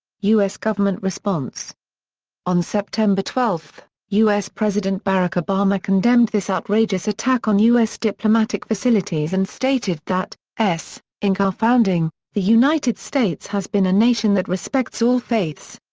u s. government response on september twelve, u s. president barack obama condemned this outrageous attack on u s. diplomatic facilities and stated that s ince our founding, the united states has been a nation that respects all faiths.